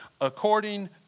according